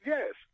Yes